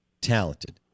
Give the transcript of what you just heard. Talented